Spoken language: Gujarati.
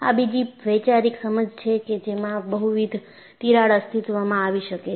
આ બીજી વૈચારિક સમજ છે કે જેમાં બહુવિધ તિરાડ અસ્તિત્વમાં આવી શકે છે